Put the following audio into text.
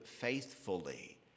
faithfully